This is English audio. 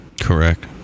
Correct